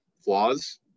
flaws